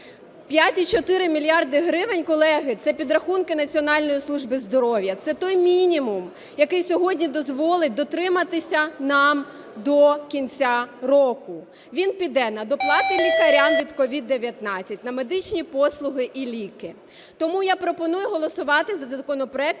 5,4 мільярди гривень, колеги, це підрахунки Національної служби здоров'я, це той мінімум, який сьогодні дозволить дотриматись нам до кінця року. Він піде на доплати лікарям від COVID-19, на медичні послуги і ліки. Тому я пропоную голосувати за законопроект